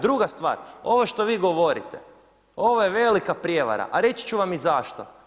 Druga stvar, ovo što vi govorite, ovo je velika prijevara, a reći ću vam i zašto.